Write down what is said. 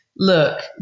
Look